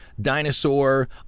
dinosaur